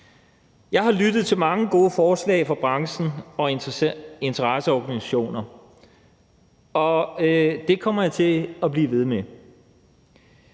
Jeg har lyttet til mange gode forslag fra branchen og interesseorganisationer, og det kommer jeg til at blive ved med.